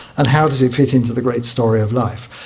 and how does it fit into the great story of life?